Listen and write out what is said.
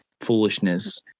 foolishness